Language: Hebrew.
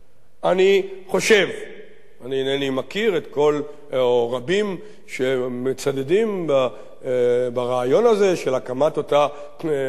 אני אינני מכיר רבים שמצדדים ברעיון הזה של הקמת אותה מדינה